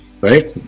Right